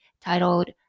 titled